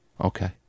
Okay